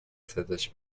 صداش